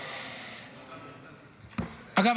אגב,